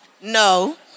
No